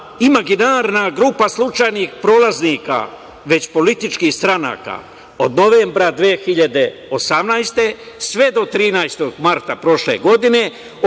imaginarna grupa slučajnih prolaznika, već političkih stranaka", od novembra 2018. godine sve do 13. marta prošle godine.